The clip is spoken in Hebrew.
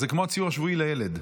זה כמו הציור השבועי לילד.